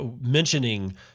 mentioning